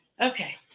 Okay